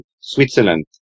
Switzerland